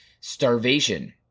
starvation